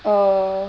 err